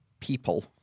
people